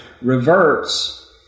reverts